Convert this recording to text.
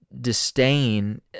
disdain